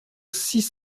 six